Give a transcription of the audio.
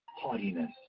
haughtiness